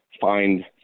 find